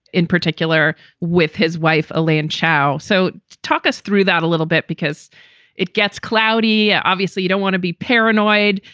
in particular with his wife, elaine chao. so talk us through that a little bit because it gets cloudy. obviously, you don't want to be paranoid,